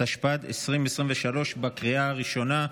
התשפ"ד 2023, בקריאה הראשונה.